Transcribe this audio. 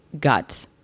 gut